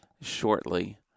shortly